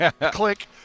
click